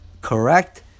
Correct